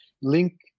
link